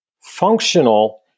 Functional